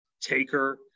taker